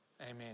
Amen